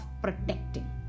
protecting